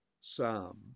Psalm